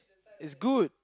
is good